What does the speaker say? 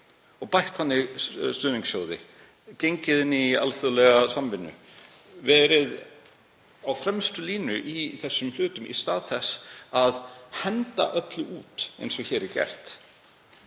og bætt þannig stuðningssjóði, gengið inn í alþjóðlega samvinnu, verið í fararbroddi í þessum hlutum, í stað þess að henda öllu út eins og hér er gert